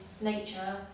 nature